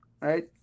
right